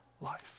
life